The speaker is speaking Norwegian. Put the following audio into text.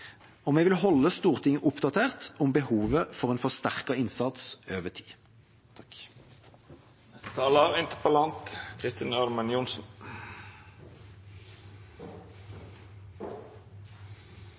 Og vi vil holde Stortinget oppdatert om behovet for en forsterket innsats over tid.